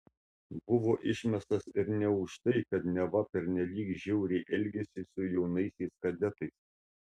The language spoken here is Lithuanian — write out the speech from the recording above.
buvo išmestas ir ne už tai kad neva pernelyg žiauriai elgėsi su jaunaisiais kadetais